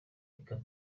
reka